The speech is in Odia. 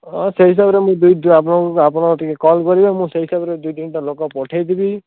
ହଁ ସେଇ ହିସାବରେ ମୁଁ ଦେଇଛି ଆପଣଙ୍କ ଆପଣଙ୍କୁ ଟିକେ କଲ୍ କରିବେ ମୁଁ ସେଇ ହିସାବରେ ଦୁଇ ତିନିଟା ଲୋକ ଟିକେ ପଠେଇଦେବି